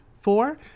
Four